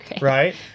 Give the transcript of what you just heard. Right